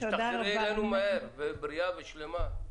ותחזרי אלינו מהר בריאה ושלמה.